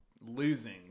losing